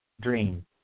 dream